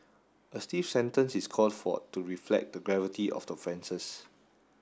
a stiff sentence is called for to reflect the gravity of the offences